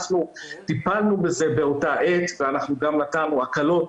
אנחנו טיפלנו בזה באותה עת ואנחנו גם נתנו הקלות